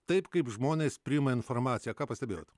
taip kaip žmonės priima informaciją ką pastebėjot